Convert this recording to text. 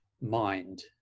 mind